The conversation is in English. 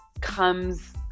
comes